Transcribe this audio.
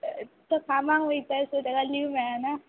तो कामांक वयता सो ताका लीव मेळाना